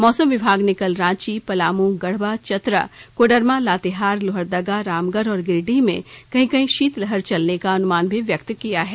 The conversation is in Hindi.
मौसम विभाग ने कल रांची पलामू गढ़वा चतरा कोडरमा लातेहार लोहरदगा रामगढ़ और गिरिडीह में कहीं कहीं शीतलहर चलने का अनुमान भी व्यक्त किया है